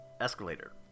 escalator